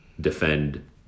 defend –